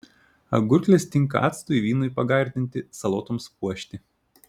agurklės tinka actui vynui pagardinti salotoms puošti